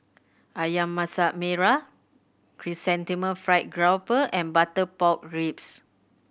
Ayam Masak Merah Chrysanthemum Fried Grouper and butter pork ribs